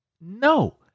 no